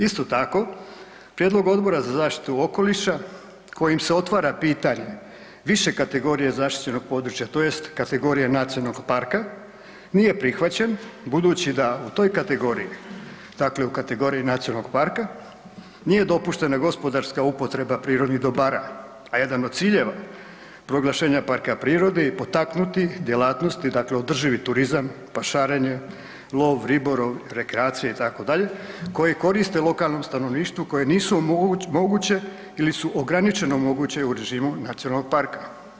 Isto tako prijedlog Odbora za zaštitu okoliša kojim se otvara pitanje više kategorije zaštićenog područja tj. kategorije nacionalnog parka, nije prihvaćen budući da u toj kategoriji, dakle u kategoriji nacionalnog parka, nije dopuštena gospodarska upotreba prirodnih dobara, a jedan od ciljeva proglašenja parka prirode je potaknuti djelatnosti, dakle održivi turizam, pašarenje, lov, ribolov, rekreacije, itd. koje koriste lokalnom stanovništvu koje nisu moguće ili su ograničeno moguće u režim nacionalnog parka.